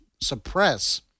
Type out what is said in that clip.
suppress